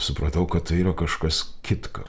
supratau kad tai yra kažkas kitka